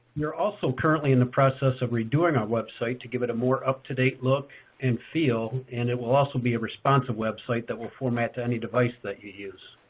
we're also currently in the process of redoing our website to give it a more up-to-date look and feel, and it will also be a responsive website that will format to any device that you use.